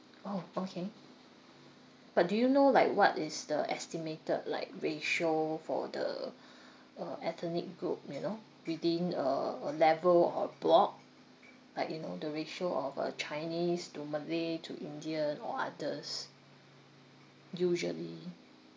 orh okay but do you know like what is the estimated like ratio for the uh ethnic group you know within uh uh level or block like you know the ratio of uh chinese to malay to indian or others usually